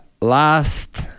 Last